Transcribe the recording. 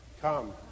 Come